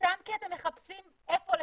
סתם כי אתם מחפשים איפה לצמצם,